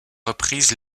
reprises